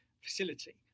facility